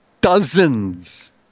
dozens